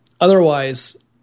otherwise